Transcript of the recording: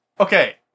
Okay